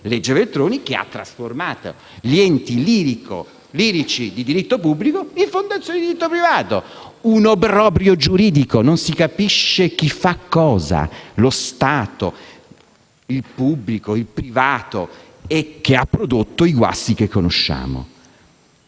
legge Veltroni, che ha trasformato gli enti lirici di diritto pubblico in fondazioni di diritto privato. È un obbrobrio giuridico, perché non si capisce chi fa cosa, tra Stato, pubblico e privato, e ha prodotto i guasti che conosciamo.